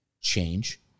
change